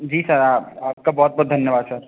जी sir आप आपका बहुत बहुत धन्यवाद सर